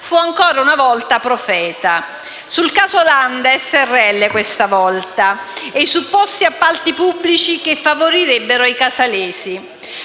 fu ancora una volta profeta sul caso Lande srl, questa volta, e su supposti appalti pubblici che favorirebbero i casalesi.